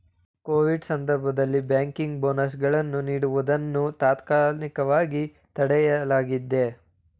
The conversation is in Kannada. ಕೋವಿಡ್ ಸಂದರ್ಭದಲ್ಲಿ ಬ್ಯಾಂಕಿಂಗ್ ಬೋನಸ್ ಗಳನ್ನು ನೀಡುವುದನ್ನು ತಾತ್ಕಾಲಿಕವಾಗಿ ತಡೆಹಿಡಿಯಲಾಗಿದೆ